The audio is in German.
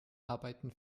arbeiten